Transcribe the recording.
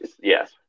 Yes